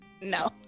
No